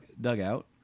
dugout